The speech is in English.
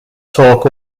talk